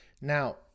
Now